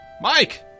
Mike